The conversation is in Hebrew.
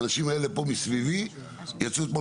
האנשים פה מסביבי יצאו אמש